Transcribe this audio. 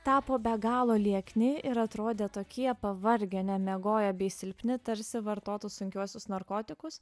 tapo be galo liekni ir atrodė tokie pavargę nemiegoję bei silpni tarsi vartotų sunkiuosius narkotikus